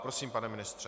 Prosím, pane ministře.